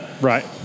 Right